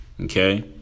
Okay